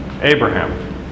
Abraham